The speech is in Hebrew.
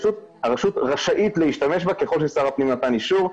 הרשות רשאית להשתמש בם ככל ששר הפנים נתן אישור.